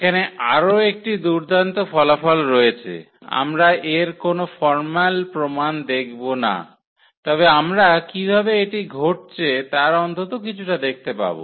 এখানে আরও একটি দুর্দান্ত ফলাফল রয়েছে আমরা এর কোনো ফরম্যাল প্রমাণ দেখব না তবে আমরা কীভাবে এটি ঘটছে তার অন্তত কিছুটা দেখতে পাব